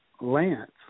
Lance